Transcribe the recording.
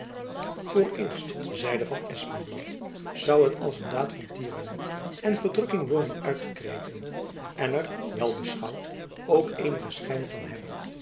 vooreerst zeide van espenblad zoû het als een daad van tiranny en verdrukking worden uitgekreten en er wel beschouwd ook eenigen schijn van hebben